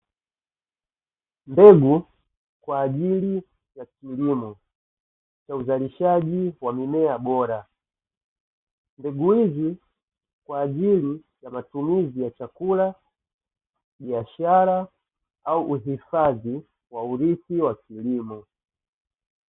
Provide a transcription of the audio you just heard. Mbegu kwa ajili ya kilimo cha uzalishaji wa mimea bora, mbegu hizi kwa ajili ya matumizi ya chakula, biashara au uhifadhi wa urithi wa kilimo.